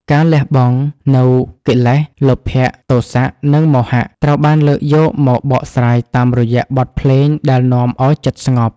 ការលះបង់នូវកិលេស លោភៈ ទោសៈ និងមោហៈ ត្រូវបានលើកយកមកបកស្រាយតាមរយៈបទភ្លេងដែលនាំឱ្យចិត្តស្ងប់